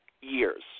years